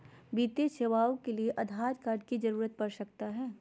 वित्तीय सेवाओं के लिए आधार कार्ड की जरूरत पड़ सकता है?